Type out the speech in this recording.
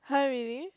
[huh] really